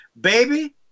Baby